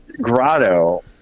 grotto